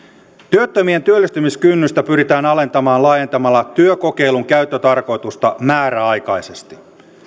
työttömien työllistymiskynnystä pyritään alentamaan laajentamalla työkokeilun käyttötarkoitusta määräaikaisesti